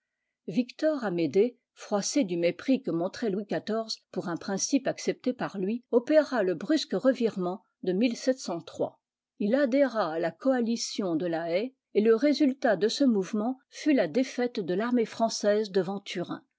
victoramédée froissé du mépris que montrait louis xiv pour un principe accepté par lui opéra le brusque revirement de il adhéra à la coalition de la haye et le résultat de ce mouvement fut la défaite de l'armée française devant turin